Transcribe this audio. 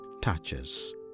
touches